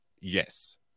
Yes